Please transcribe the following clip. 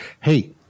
Hey